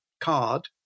card